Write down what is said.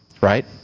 right